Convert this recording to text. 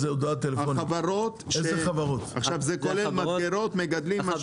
זה כולל מדגרות, מגדלים ומשחטות?